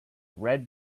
red